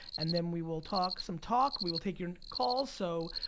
and then we will talk some talk, we will take your calls so,